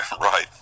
Right